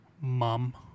Mom